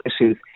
issues